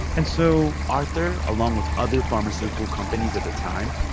and so. arthur, along with other pharmaceutical companies at the time,